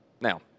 Now